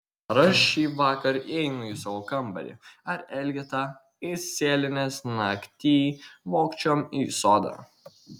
ar aš šįvakar įeinu į savo kambarį ar elgeta įsėlinęs naktyj vogčiom į sodą